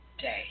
day